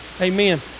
Amen